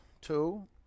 two